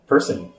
Person